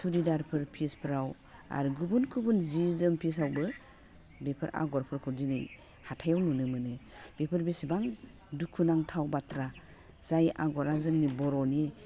सुरिदारफोर फिसफ्राव आरो गुबुन गुबुन जि जोम फिसावबो बेफोर आग'रफोरखौ दिनै हाथाइयाव नुनो मोनो बेफोर बिसिबां दुखु नांथाव बाथ्रा जाय आग'रा जोंनि बर'नि